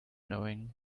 knowing